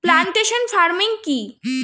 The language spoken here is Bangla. প্লান্টেশন ফার্মিং কি?